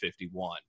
51